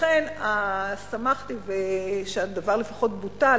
לכן שמחתי שהדבר לפחות בוטל,